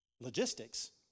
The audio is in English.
logistics